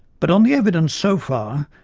but on the evidence so far,